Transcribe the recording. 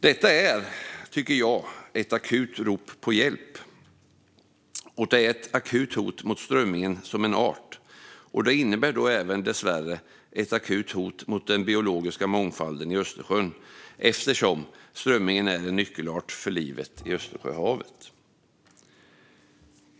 Detta är, tycker jag, ett akut rop på hjälp, och det är ett akut hot mot strömmingen som art. Dessvärre innebär detta även ett akut hot mot den biologiska mångfalden i Östersjön eftersom strömmingen är en nyckelart för livet i Östersjöhavet.